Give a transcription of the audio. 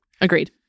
Agreed